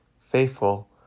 faithful